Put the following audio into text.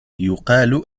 يقال